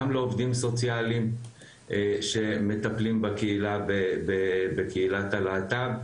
גם לעובדים סוציאליים שמטפלים בקהילת הלהט"ב,